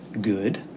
good